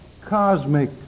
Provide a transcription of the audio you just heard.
cosmic